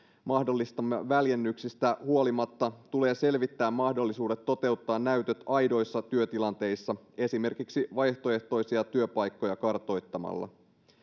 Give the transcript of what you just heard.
mahdollistamista väljennyksistä huolimatta tulee selvittää mahdollisuudet toteuttaa näytöt aidoissa työtilanteissa esimerkiksi vaihtoehtoisia työpaikkoja kartoittamalla